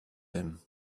him